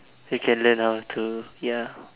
we can learn how to ya